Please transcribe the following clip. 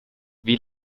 wie